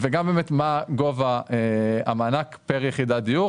וגם באמת מה גובה המענק פר יחידת דיור.